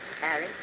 Harry